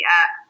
up